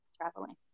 traveling